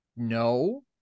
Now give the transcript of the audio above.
No